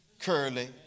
Curly